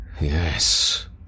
Yes